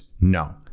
No